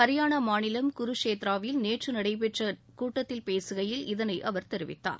ஹரியானா மாநிலம் குருகேஷத்ராவில் நேற்று நடைபெற்ற கூட்டத்தில் பேசுகையில் இதனை அவர் தெரிவித்தார்